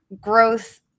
growth